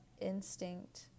instinct